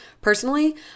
personally